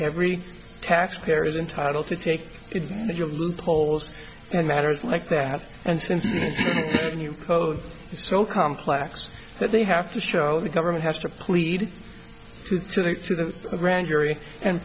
every taxpayer is entitled to take advantage of loopholes in matters like that and since the new code is so complex that they have to show the government has to plead to turn it to the grand jury and